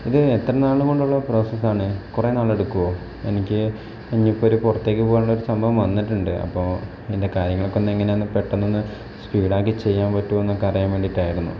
ഇത് എത്ര നാൾ കൊണ്ടുള്ള പ്രോസസ് ആണ് കുറേ നാൾ എടുക്കുമോ എനിക്ക് ഇനി ഇപ്പം ഒരു പുറത്തേക്ക് പോവാനുള്ള ഒരു സംഭവം വന്നിട്ടുണ്ട് അപ്പോൾ ഇതിൻ്റെ കാര്യങ്ങളൊക്കെ ഒന്ന് എങ്ങനെയാണെന്ന് പെട്ടെന്ന് ഒന്ന് സ്പീഡ് ആക്കി ചെയ്യാൻ പറ്റുമോ എന്നൊക്കെ അറിയാൻ വേണ്ടിയിട്ടായിരുന്നു